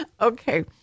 Okay